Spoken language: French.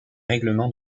règlements